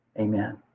Amen